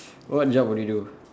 what job would you do